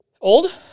Old